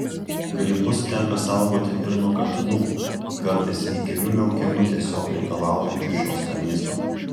grybus tenka saugoti ir nuo katinų kartais įkyriu miaukimu tiesiog reikalaujančių šio skanėsto